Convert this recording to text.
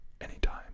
anytime